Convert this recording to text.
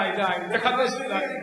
די, די, תחדש קצת.